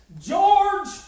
George